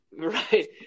right